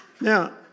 Now